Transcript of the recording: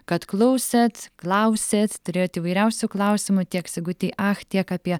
kad klausėt klausėt turėjot įvairiausių klausimų tiek sigutei ach tiek apie